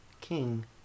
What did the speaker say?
king